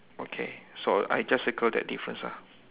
okay so I just circle that difference ah